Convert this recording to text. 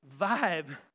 vibe